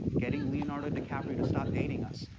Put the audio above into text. getting leonardo dicaprio to stop dating us,